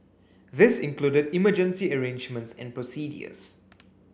this included emergency arrangements and procedures